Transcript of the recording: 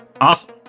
Awesome